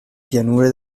pianure